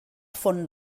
font